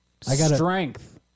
strength